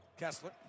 Kessler